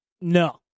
No